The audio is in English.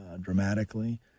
dramatically